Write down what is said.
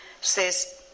says